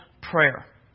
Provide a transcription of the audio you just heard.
prayer